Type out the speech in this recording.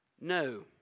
no